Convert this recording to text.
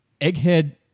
Egghead